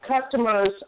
customers